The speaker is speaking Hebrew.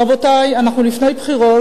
רבותי, אנחנו לפני בחירות.